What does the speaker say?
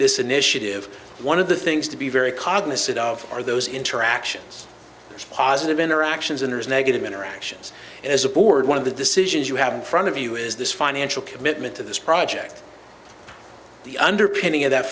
this initiative one of the things to be very cognizant of are those interactions positive interactions and there's negative interactions as a board one of the decisions you have in front of you is this financial commitment to this project the underpinning of that